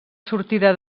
sortida